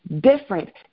different